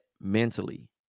Mentally